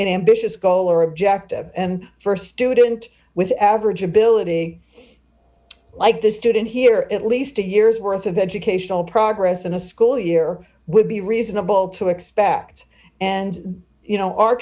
an ambitious goal or objective st student with average ability like this student here at least a year's worth of educational progress in a school year would be reasonable to expect and you know our